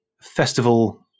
festival